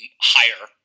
higher